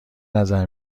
نظر